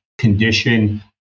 condition